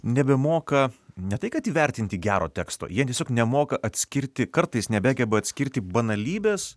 nebemoka ne tai kad įvertinti gero teksto jie tiesiog nemoka atskirti kartais nebegeba atskirti banalybės